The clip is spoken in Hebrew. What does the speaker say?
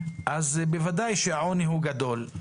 אז בוודאי שהעוני הוא גדול.